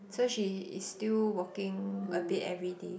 so she is still walking a bit everyday